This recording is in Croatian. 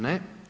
Ne.